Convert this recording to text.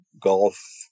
golf